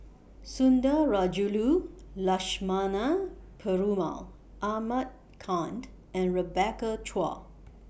Sundarajulu Lakshmana Perumal Ahmad kind and Rebecca Chua